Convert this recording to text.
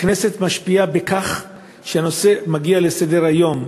הכנסת משפיעה בכך שהנושא מגיע לסדר-היום.